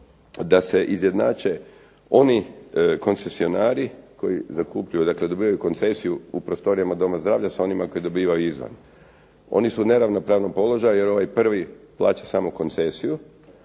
da se izjednače oni koncesionari koji zakupljuju, dakle dobivaju koncesiju u prostorijama doma zdravlja sa onima koji dobivaju izvan. Oni su u neravnopravnom položaju jer ovaj prvi plaća samo koncesiju,